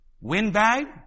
windbag